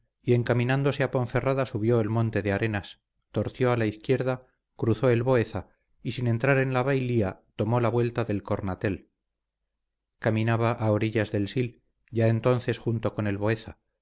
y encaminándose a ponferrada subió el monte de arenas torció a la izquierda cruzó el boeza y sin entrar en la bailía tomó la vuelta de cornatel caminaba orillas del sil ya entonces junto con el